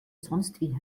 sonstwie